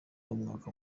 w’umwaka